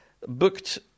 booked